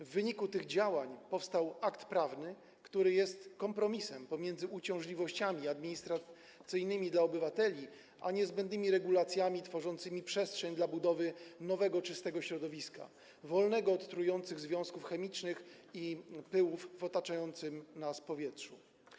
W wyniku tych działań powstał akt prawny, który jest kompromisem pomiędzy uciążliwościami administracyjnymi dla obywateli a niezbędnymi regulacjami tworzącymi przestrzeń do budowy nowego, czystego środowiska, które jest wolne od trujących związków chemicznych i pyłów w otaczającym nas powietrzu.